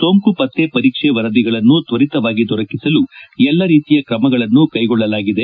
ಸೋಂಕು ಪತ್ತೆ ಪರೀಕ್ಷೆ ವರದಿಗಳನ್ನು ತ್ವರಿತವಾಗಿ ದೊರಕಿಸಲು ಎಲ್ಲಾ ರೀತಿಯ ಕ್ರಮಗಳನ್ನು ಕೈಗೊಳ್ಳಲಾಗಿದೆ